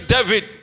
David